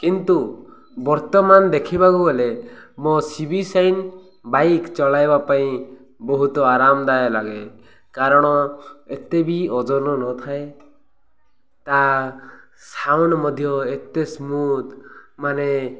କିନ୍ତୁ ବର୍ତ୍ତମାନ ଦେଖିବାକୁ ଗଲେ ମୋ ସି ବି ସାଇନ୍ ବାଇକ୍ ଚଳାଇବା ପାଇଁ ବହୁତ ଆରାମଦାୟ ଲାଗେ କାରଣ ଏତେ ବିି ଓଜନ ନଥାଏ ତା ସାଉଣ୍ଡ ମଧ୍ୟ ଏତେ ସ୍ମୁଥ ମାନେ